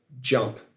jump